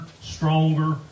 stronger